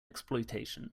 exploitation